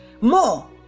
more